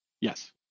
Yes